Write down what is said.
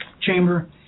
Chamber